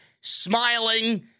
smiling